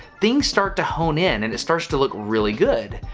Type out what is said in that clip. things start to hone-in and it starts to look really good.